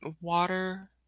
water